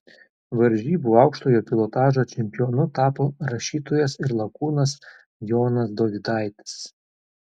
varžybų aukštojo pilotažo čempionu tapo rašytojas ir lakūnas jonas dovydaitis